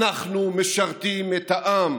אנחנו משרתים את העם,